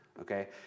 okay